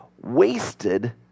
wasted